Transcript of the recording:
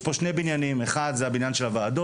יש פה שני בניינים: האחד הוא הבניין של הוועדות,